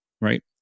right